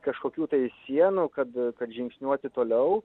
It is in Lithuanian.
kažkokių tai sienų kad kad žingsniuoti toliau